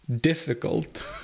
difficult